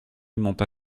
monta